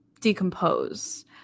decompose